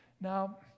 Now